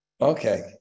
Okay